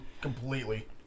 Completely